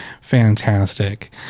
fantastic